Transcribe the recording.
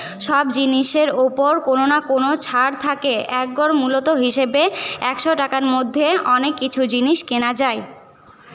সব জিনিসের ওপর কোনো না কোনো ছাড় থাকে এক গড় মূলত হিসেবে একশো টাকার মধ্যে অনেক কিছু জিনিস কেনা যায়